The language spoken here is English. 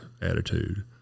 attitude